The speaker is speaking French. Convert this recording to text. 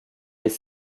les